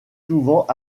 souvent